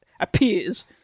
appears